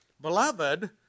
Beloved